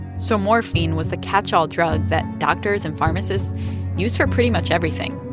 so morphine was the catchall drug that doctors and pharmacists used for pretty much everything.